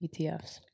ETFs